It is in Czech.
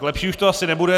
Lepší už to asi nebude.